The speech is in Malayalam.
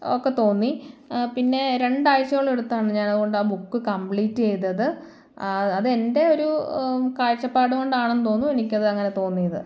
ഒക്കെ തോന്നി പിന്നെ രണ്ടാഴ്ചയോളം എടുത്താണ് ഞാനാ ബുക്ക് കംപ്ലീറ്റെയ്തത് അത് എൻറ്റ ഒരു കാഴ്ചപാട് കൊണ്ടാണെന്ന് തോന്നുന്നു എനിക്കത് അങ്ങനെ തോന്നിയത്